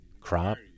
crop